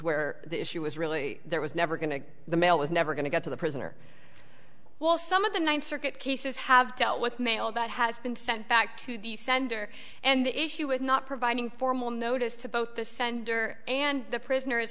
issue was really there was never going to the mail was never going to get to the prisoner well some of the ninth circuit cases have dealt with mail that has been sent back to the sender and the issue with not providing formal notice to both the sender and the prisoner